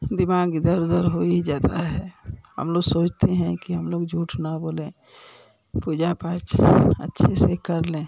दिमाग इधर उधर हो ही जाता है हम लोग सोचते हैं कि हम लोग झूठ न बोलें पूजा पाठ अच्छे से कर लें